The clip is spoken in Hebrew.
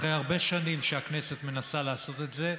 אחרי הרבה שנים שהכנסת מנסה לעשות את זה,